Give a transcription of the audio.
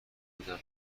بودم